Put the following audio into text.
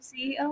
CEO